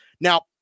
Now